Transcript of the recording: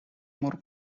more